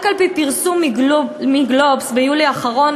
רק על-פי פרסום ב"גלובס" ביולי האחרון,